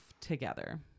together